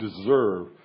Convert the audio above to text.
deserve